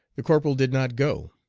the corporal did not go.